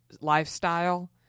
lifestyle